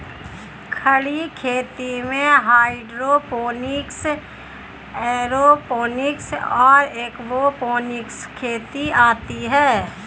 खड़ी खेती में हाइड्रोपोनिक्स, एयरोपोनिक्स और एक्वापोनिक्स खेती आती हैं